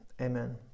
amen